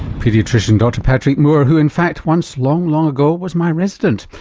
paediatrician dr patrick moore, who in fact once long, long ago was my resident.